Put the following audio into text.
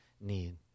need